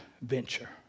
venture